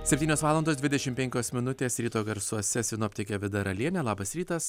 septynios valandos dvidešim penkios minutės ryto garsuose sinoptikė vida ralienė labas rytas